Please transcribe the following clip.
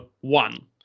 One